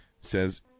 says